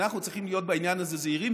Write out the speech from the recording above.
אנחנו צריכים להיות בעניין הזה זהירים,